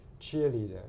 cheerleader